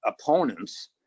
opponents